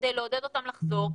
כדי לעודד אותם לחזור,